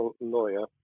lawyer